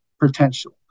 potential